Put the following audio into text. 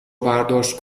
برداشت